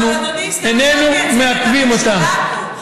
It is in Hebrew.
אנחנו איננו מעכבים אותם.